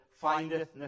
Findeth